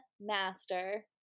master